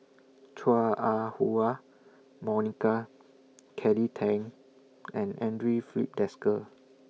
Chua Ah Huwa Monica Kelly Tang and Andre Filipe Desker